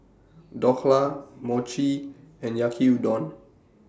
Dhokla Mochi and Yaki Udon